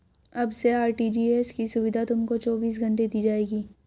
अब से आर.टी.जी.एस की सुविधा तुमको चौबीस घंटे दी जाएगी